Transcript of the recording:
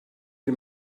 bir